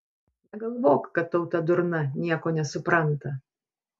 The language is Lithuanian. negalvok kad tauta durna nieko nesupranta